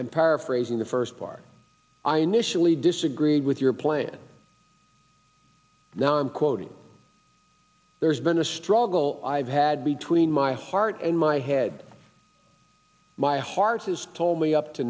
i'm paraphrasing the first part i initially disagreed with your plan now i'm quoting there's been a struggle i've had between my heart and my head my heart has told me up to